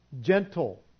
gentle